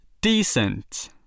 Decent